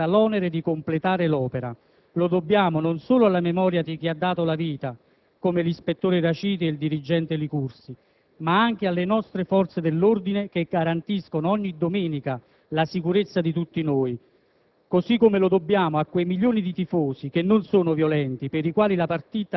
hanno strumenti più efficaci per isolare i violenti. A noi legislatori, però, resta l'onere di completare l'opera. Lo dobbiamo non solo alla memoria di chi ha dato la vita, come l'ispettore Raciti e il dirigente Licursi, ma anche alle nostre forze dell'ordine, che garantiscono ogni domenica la sicurezza di tutti noi.